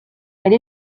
elle